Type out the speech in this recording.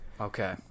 Okay